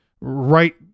right